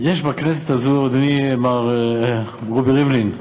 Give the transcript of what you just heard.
בכנסת הזאת, אדוני מר רובי ריבלין,